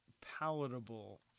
palatable